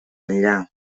enllà